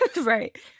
Right